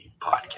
podcast